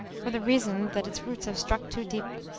for the reason that its roots have struck too deep,